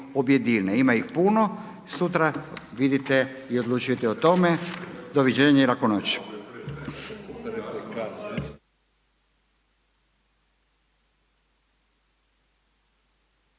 Ima ih puno, sutra vidite i odlučujete o tome. Doviđenja i laku noć.